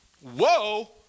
Whoa